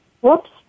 Whoops